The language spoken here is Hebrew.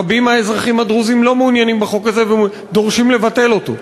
רבים מהאזרחים הדרוזים לא מעוניינים בחוק הזה ודורשים לבטל אותו.